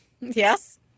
Yes